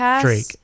Drake